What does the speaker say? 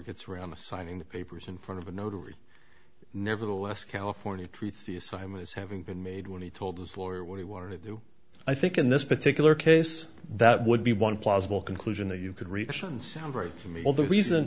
gets around the signing the papers in front of a notary nevertheless california treats the assignment as having been made when he told his lawyer what he wanted to do i think in this particular case that would be one possible conclusion that you could reach and sound